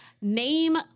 Name